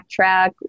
backtrack